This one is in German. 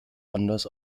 anders